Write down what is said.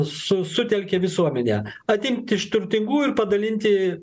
su sutelkė visuomenę atimt iš turtingųjų ir padalinti